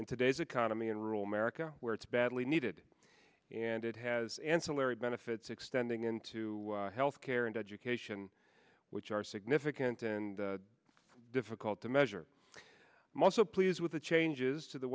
in today's economy in rural america where it's badly needed and it has ancillary benefits extending into health care and education which are significant and difficult to measure most so please with the changes to the